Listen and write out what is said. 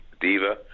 Diva